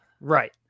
Right